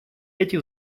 эти